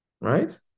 Right